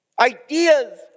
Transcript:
Ideas